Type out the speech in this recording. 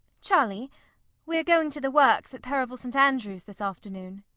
cholly we're going to the works at perivale st. andrews this afternoon.